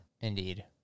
Indeed